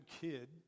kid